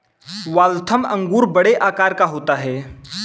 Waltham अंगूर बड़े आकार का होता है